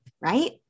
right